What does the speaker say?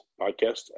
Podcast